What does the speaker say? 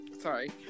sorry